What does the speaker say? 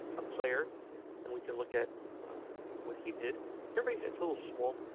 a player and we can look at what he did here, but it's a little small,